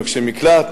מבקשי מקלט,